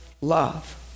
love